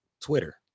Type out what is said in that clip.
Twitter